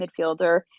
midfielder